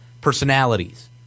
personalities